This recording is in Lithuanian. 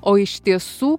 o iš tiesų